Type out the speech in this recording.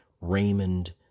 Raymond